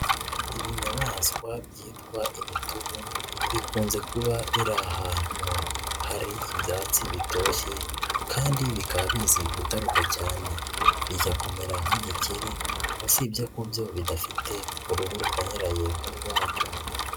Ibinyamaswa byitwa imitubu bikunze kuba biri ahantutu hari ibyatsi bitoshye kandi bikaba bizi gutaruka cyane, bijya kumera nk'igikeri, usibye ko byo bidafite uruhu rukanyaraye nk'urwacyo.